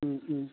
ও ও